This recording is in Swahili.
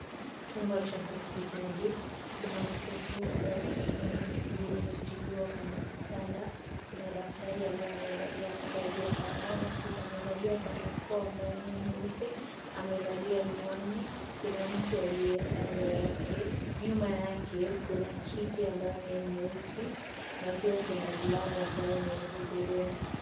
Chumba cha hospitali, kuna mtoto ambaye tunamwona miguu ametiliwa kwenye kitanda. Kuna daktari ambaye amevalia mavazi ya samawati, amevalia barakoa ambayo ni ya nyeupe, amevalia miwani. Kuna mtu aliye kando yake , nyuma yake kuna kiti ambayo ni ya nyeusi na pia kuna mlango ambao ni wa hudhurungi.